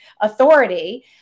authority